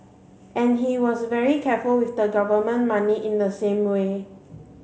and he was very careful with the government money in the same way